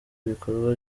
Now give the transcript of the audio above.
ibikorwa